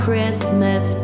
Christmas